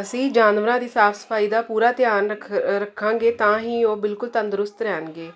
ਅਸੀਂ ਜਾਨਵਰਾਂ ਦੀ ਸਾਫ ਸਫਾਈ ਦਾ ਪੂਰਾ ਧਿਆਨ ਰੱਖ ਰੱਖਾਂਗੇ ਤਾਂ ਹੀ ਉਹ ਬਿਲਕੁਲ ਤੰਦਰੁਸਤ ਰਹਿਣਗੇ